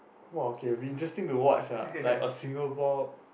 !wah! okay it will be interesting to watch ah like a Singapore